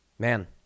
Man